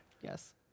Yes